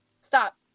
stop